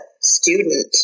student